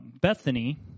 Bethany